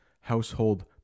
household